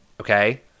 okay